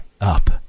up